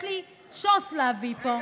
יש לי שוס להביא פה.